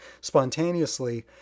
spontaneously